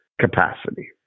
capacity